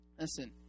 listen